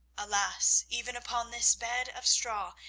alas, even upon this bed of straw,